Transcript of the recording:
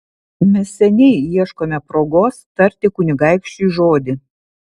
mes seniai ieškome progos tarti kunigaikščiui žodį